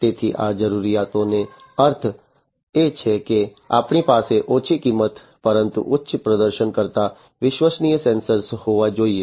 તેથી આ જરૂરિયાતોનો અર્થ એ છે કે આપણી પાસે ઓછી કિંમત પરંતુ ઉચ્ચ પ્રદર્શન કરતા વિશ્વસનીય સેન્સર્સ હોવા જોઈએ